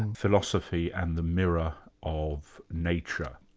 and philosophy and the mirror of nature.